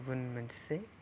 गुबुन मोनसे